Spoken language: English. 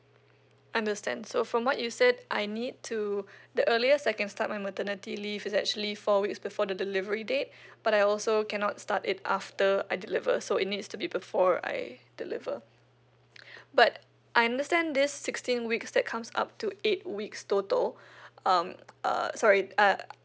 understand so from what you said I need to the earliest I can start my maternity leave is actually four weeks before the delivery date but I also cannot start it after I deliver so it needs to be before right deliver but I understand this sixteen weeks that comes up to eight weeks total um uh sorry uh